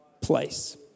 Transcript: place